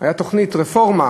הייתה תוכנית, רפורמה